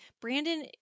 Brandon –